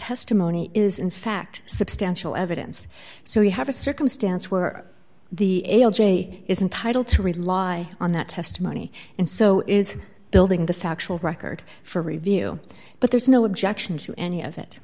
testimony is in fact substantial evidence so we have a circumstance where the j is entitle to rely on that testimony and so is building the factual record for review but there's no objection to any of it